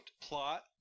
plot